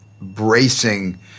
bracing